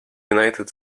united